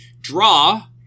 draw